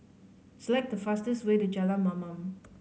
select the fastest way to Jalan Mamam